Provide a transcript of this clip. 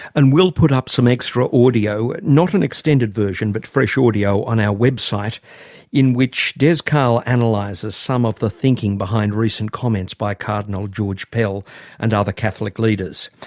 and we'll put up some extra audio not an extended version, but fresh audio on our website in which des cahill analyses like some of the thinking behind recent comments by cardinal george pell and other catholic leaders.